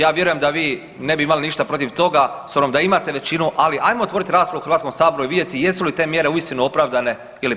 Ja vjeruje da vi ne bi imali ništa protiv toga, s obzirom da imate većinu ali hajmo otvoriti raspravu u Hrvatskom saboru i vidjeti jesu li te mjere uistinu opravdane ili pak ne.